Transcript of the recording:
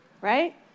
Right